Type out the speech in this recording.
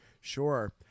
sure